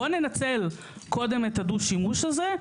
בואו ננצל קודם את הדו-שימוש הזה,